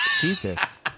Jesus